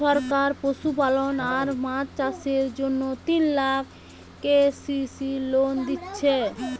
সরকার পশুপালন আর মাছ চাষের জন্যে তিন লাখ কে.সি.সি লোন দিচ্ছে